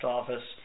office